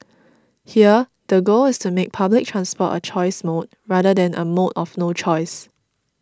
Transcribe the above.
here the goal is to make public transport a choice mode rather than a mode of no choice